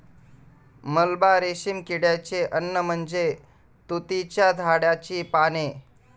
मलबा रेशीम किड्याचे अन्न म्हणजे तुतीच्या झाडाची पाने